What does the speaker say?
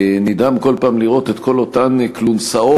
נדהם כל פעם לראות את כל אותן כלונסאות